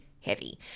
heavy